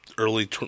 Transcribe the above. Early